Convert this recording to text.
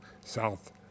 south